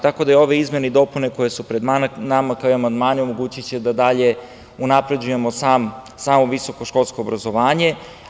Tako da, ove izmene i dopune koje su pred nama, kao i amandmani, omogućiće da i dalje unapređujemo samo visokoškolsko obrazovanje.